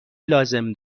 لازم